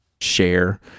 share